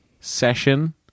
session